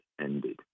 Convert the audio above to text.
ended